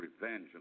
revenge